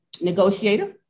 negotiator